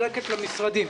המכסה הזו מחולקת למשרדים.